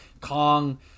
Kong